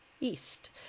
East